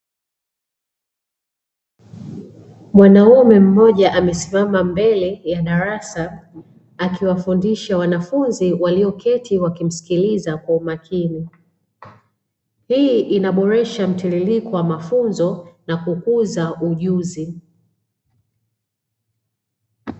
Mwanaume mmoja amesimama mbele ya darasa akiwafundisha wanafunzi walioketi wakimsikiliza kwa umakini, hii inaboresha mtiririko wa mafunzo na kukuza ujuzi.